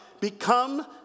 become